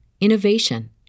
innovation